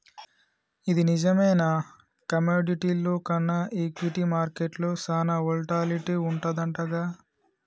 ఇది నిజమేనా కమోడిటీల్లో కన్నా ఈక్విటీ మార్కెట్లో సాన వోల్టాలిటీ వుంటదంటగా